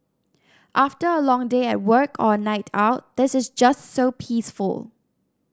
after a long day at work or a night out this is just so peaceful